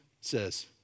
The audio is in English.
says